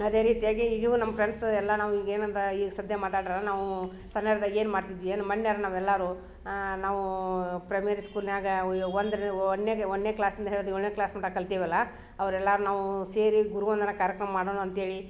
ಅದೆ ರೀತಿಯಾಗಿ ಈಗ್ಯೂ ನಮ್ಮ ಪ್ರೆಂಡ್ಸ್ ಎಲ್ಲ ನಾವು ಈಗೇನಂದ ಈಗ ಸದ್ಯ ಮಾತಾಡ್ರ ನಾವು ಸಣ್ಯರಿದ್ದಾಗ ಏನು ಮಾಡ್ತಿದ್ವಿ ಏನು ಮನ್ಯರ ನಾವೆಲ್ಲರು ನಾವು ಪ್ರೈಮರಿ ಸ್ಕೂಲ್ನ್ಯಾಗ ಎ ಒಂದರಿಂದ ಒಂದನೇಗೆ ಒಂದನೇ ಕ್ಲಾಸ್ನಿಂದ ಹಿಡ್ದು ಏಳನೇ ಕ್ಲಾಸ್ ಮುಟ ಕಲ್ತೀವಲ್ಲ ಅವ್ರೆಲ್ಲ ನಾವು ಸೇರಿ ಗುರುವಂದನ ಕಾರ್ಯಕ್ರಮ ಮಾಡೋಣ ಅಂತೇಳಿ